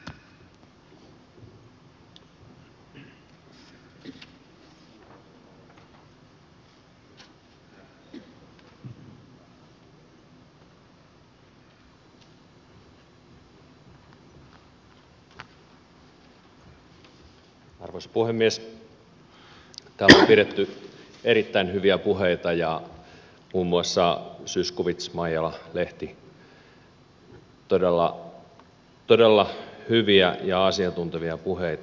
täällä on pidetty erittäin hyviä puheita ja muun muassa zyskowicz maijala lehti todella hyviä ja asiantuntevia puheita